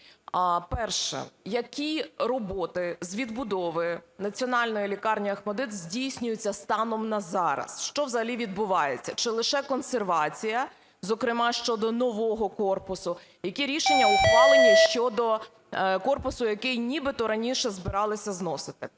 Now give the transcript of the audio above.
Перше. Які роботи з відбудови Національної лікарні "Охматдит" здійснюються станом на зараз, що взагалі відбувається? Чи лише консервація, зокрема щодо нового корпусу? Які рішення ухвалені щодо корпусу, який нібито раніше збиралися зносити?